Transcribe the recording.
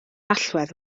allwedd